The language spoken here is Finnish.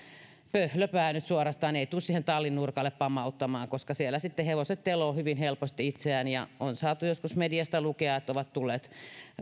pöhlöpää nyt suorastaan ei tule siihen tallin nurkalle pamauttamaan koska siellä sitten hevoset telovat hyvin helposti itseään on saatu joskus mediasta lukea että ovat tulleet